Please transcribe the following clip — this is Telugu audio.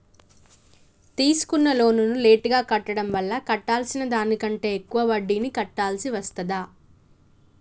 తీసుకున్న లోనును లేటుగా కట్టడం వల్ల కట్టాల్సిన దానికంటే ఎక్కువ వడ్డీని కట్టాల్సి వస్తదా?